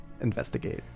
investigate